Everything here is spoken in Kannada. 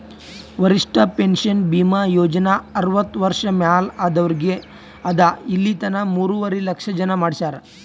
ವರಿಷ್ಠ ಪೆನ್ಷನ್ ಭೀಮಾ ಯೋಜನಾ ಅರ್ವತ್ತ ವರ್ಷ ಮ್ಯಾಲ ಆದವ್ರಿಗ್ ಅದಾ ಇಲಿತನ ಮೂರುವರಿ ಲಕ್ಷ ಜನ ಮಾಡಿಸ್ಯಾರ್